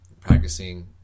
practicing